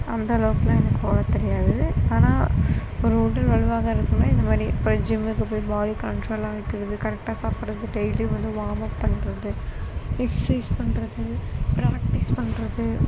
அந்தளவுக்கெலாம் எனக்கு ஓட தெரியாது ஆனால் ஒரு உடல் வலுவாக இருக்கணுன்னால் இந்தமாதிரி இப்போ ஜிம்முக்கு போய் பாடியை கன்ட்ரோலாக வைக்கிறது கரெக்டாக சாப்பிட்றது டெய்லியும் வந்து வாம்அப் பண்ணுறது எக்ஸைஸ் பண்ணுறது ப்ராக்ட்டிஸ் பண்ணுறது